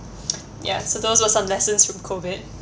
ya so those were some lessons from COVID